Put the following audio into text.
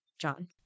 John